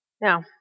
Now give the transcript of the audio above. Now